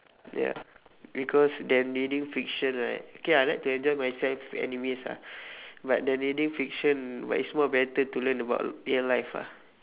ya because then reading fiction right K ah I like to enjoy myself with animes ah but then reading fiction but it's more better to learn about real life ah